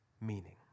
meaning